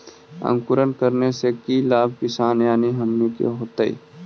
अंकुरण करने से की लाभ किसान यानी हमनि के होतय?